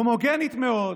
הומוגנית מאוד,